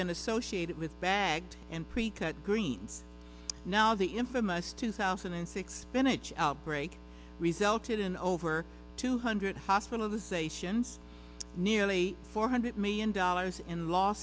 been associated with bags in precut green now the infamous two thousand and six spinach outbreak resulted in over two hundred hospitalizations nearly four hundred million dollars in l